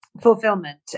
fulfillment